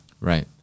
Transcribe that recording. Right